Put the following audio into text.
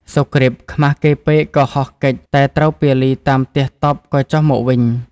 សុគ្រីពខ្មាស គេពេកក៏ហោះគេចតែត្រូវពាលីតាមទះតប់ក៏ចុះមកវិញ។